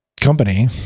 company